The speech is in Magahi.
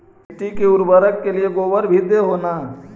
मिट्टी के उर्बरक के लिये गोबर भी दे हो न?